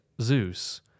Zeus